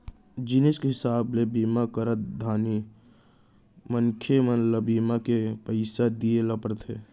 जिनिस के हिसाब ले बीमा करत घानी मनसे मन ल बीमा के पइसा दिये ल परथे